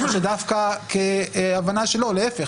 או שדווקא כהבנה שלהפך,